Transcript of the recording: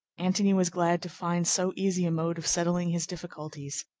antony was glad to find so easy a mode of settling his difficulties.